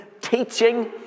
teaching